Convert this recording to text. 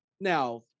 now